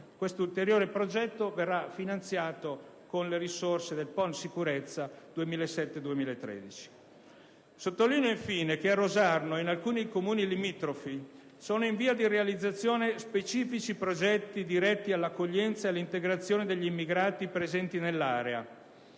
Questo ulteriore progetto verrà finanziato con le risorse del PON sicurezza 2007-2013. Sottolineo infine che a Rosarno e in alcuni Comuni limitrofi sono in via di realizzazione specifici progetti diretti all'accoglienza e all'integrazione degli immigrati presenti nell'area.